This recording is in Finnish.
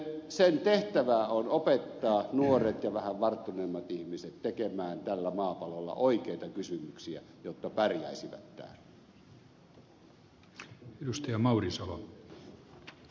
sen tehtävä on opettaa nuoret ja vähän varttuneemmat ihmiset tekemään tällä maapallolla oikeita kysymyksiä jotta he pärjäisivät täällä